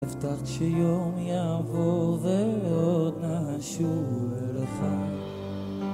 אבטחת שיום יעבור ועוד נעשו אלייך